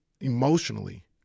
emotionally